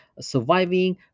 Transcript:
surviving